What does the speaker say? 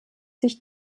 sich